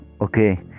Okay